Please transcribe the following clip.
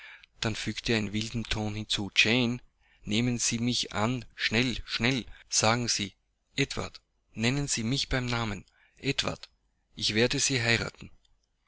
dann fügte er in wildem ton hinzu jane nehmen sie mich an schnell schnell sagen sie edward nennen sie mich bei namen edward ich werde sie heiraten